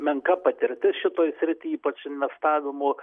menka patirtis šitoj srity ypač investavimo